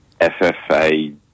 FFA